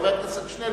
חבר הכנסת שנלר,